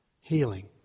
healing